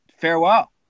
farewell